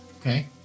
Okay